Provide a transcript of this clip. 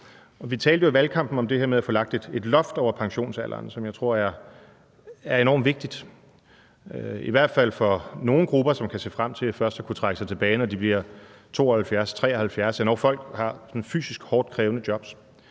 Vi talte jo i valgkampen om det her med at få lagt et loft over pensionsalderen, som jeg tror er enormt vigtigt, i hvert fald for nogle grupper, som kan se frem til først at kunne trække sig tilbage, når de bliver 72-73 år, endog folk, der har sådan fysisk hårdt krævende jobs.